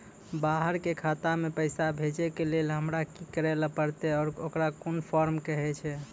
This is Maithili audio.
बाहर के खाता मे पैसा भेजै के लेल हमरा की करै ला परतै आ ओकरा कुन फॉर्म कहैय छै?